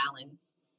balance